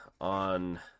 on